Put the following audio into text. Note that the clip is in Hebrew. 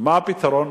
מה הפתרון?